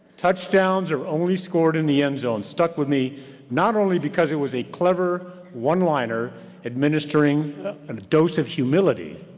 touchdowns are only scored in the end zone, stuck with me not only because it was a clever one-liner administering and a dose of humility,